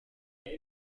die